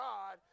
God